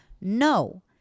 No